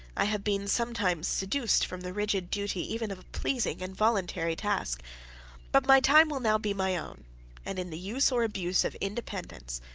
i have been sometimes seduced from the rigid duty even of a pleasing and voluntary task but my time will now be my own and in the use or abuse of independence,